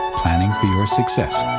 planning for your success.